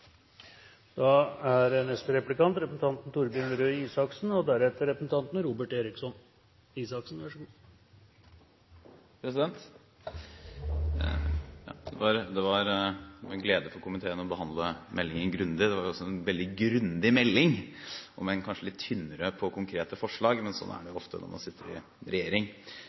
Det var en glede for komiteen å behandle meldingen grundig. Det var også en veldig grundig melding, om enn kanskje litt tynnere når det gjelder konkrete forslag, men sånn er det jo ofte når man sitter i regjering.